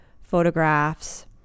photographs